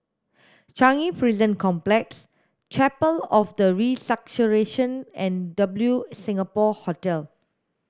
Changi Prison Complex Chapel of the Resurrection and W Singapore Hotel